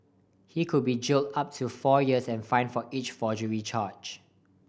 he could be jailed up to four years and fined for each forgery charge